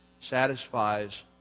satisfies